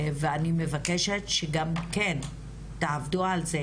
ואני מבקשת שגם כן תעבדו על זה